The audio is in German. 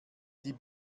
die